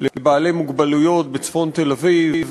לבעלי מוגבלויות בצפון תל-אביב,